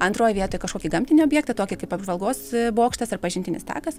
antroj vietoj kažkokį gamtinį objektą tokį kaip apžvalgos bokštas ar pažintinis takas